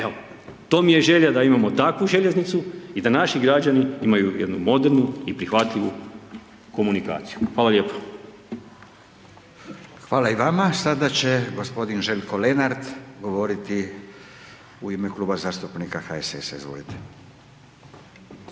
Evo. To mi je želja da imamo takvu željeznicu i da naši građani imaju jednu modernu i prihvatljivu komunikaciju. Hvala lijepo. **Radin, Furio (Nezavisni)** Hvala i vama. Sada će g. Željko Lenart govoriti u ime Kluba zastupnika HSS-a Izvolite.